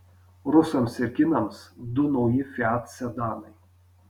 rusams ir kinams du nauji fiat sedanai